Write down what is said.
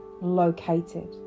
located